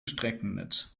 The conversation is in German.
streckennetz